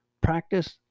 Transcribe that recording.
practice